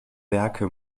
werke